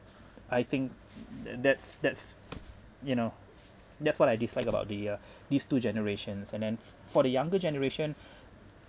I think that's that's that's you know that's what I dislike about the uh these two generations and then for the younger generation